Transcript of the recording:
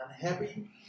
unhappy